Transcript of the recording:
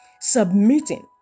submitting